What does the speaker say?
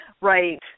right